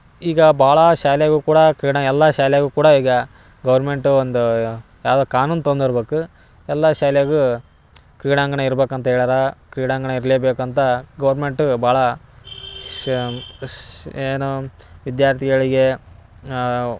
ಈಗ ಭಾಳಾ ಶಾಲೆಗು ಕೂಡ ಕ್ರೀಡೆ ಎಲ್ಲ ಶಾಲೆಗು ಕೂಡ ಈಗ ಗೌರ್ಮೆಂಟು ಒಂದು ಯಾವುದೋ ಕಾನೂನು ತಂದಿರ್ಬೇಕು ಎಲ್ಲ ಶಾಲೆಗೂ ಕ್ರೀಡಾಂಗಣ ಇರ್ಬೇಕಂತ ಹೇಳ್ಯಾರ ಕ್ರೀಡಾಂಗಣ ಇರಲೇ ಬೇಕಂತ ಗೌರ್ಮೆಂಟು ಭಾಳ ಶ ಅಷ್ ಏನೋ ವಿದ್ಯಾರ್ಥಿಗಳಿಗೆ ನಾವು